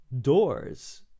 doors